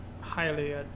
highly